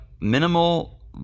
minimal